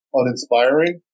uninspiring